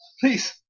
Please